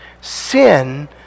Sin